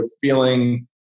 feeling